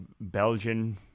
Belgian